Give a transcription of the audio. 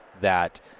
that-